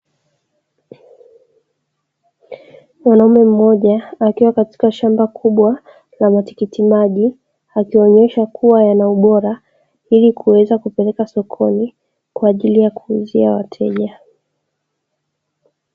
Mwanaume mmoja akiwa katika shamba kubwa la matikitimaji, akionyesha kuwa yana ubora, ili kuweza kupeleka sokoni kwa ajili ya kuuzia wateja.